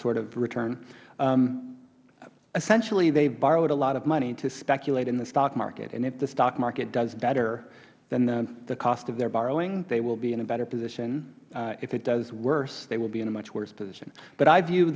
sort of return essentially they borrowed a lot of money to speculate in the stock market and if the stock market does better than the cost of their borrowing they will be in a better position if it does worse they will be in a much worse position but i view